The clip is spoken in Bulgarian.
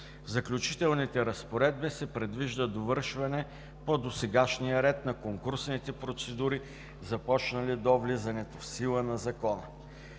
В Заключителните разпоредби се предвижда довършване по досегашния ред на конкурсните процедури, започнали до влизане в сила на Закона.